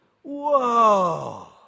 Whoa